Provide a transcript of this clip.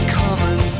common